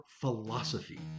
philosophy